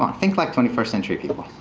think like twenty first century people.